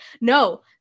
no